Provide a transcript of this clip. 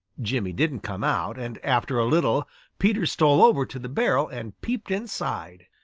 jimmy didn't come out, and after a little peter stole over to the barrel and peeped inside.